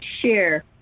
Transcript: share